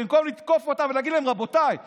במקום לתקוף אותם ולהגיד להם: רבותיי,